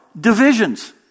Divisions